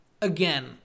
again